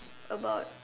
about